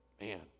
man